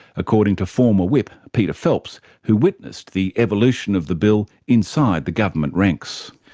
according to former whip peter phelps who witnessed the evolution of the bill inside the government ranks.